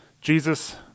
Jesus